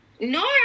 No